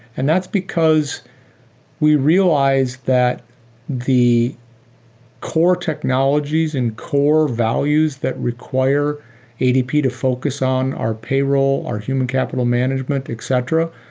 and that's because we realize that the core technologies and core values that require adp to focus on our payroll, our human capital management, etc,